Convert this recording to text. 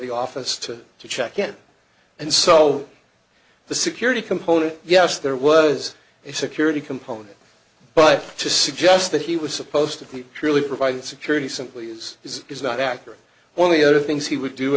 the office to check again and so the security component yes there was a security component but to suggest that he was supposed to keep truly provided security simply is is is not accurate when the other things he would do